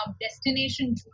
destination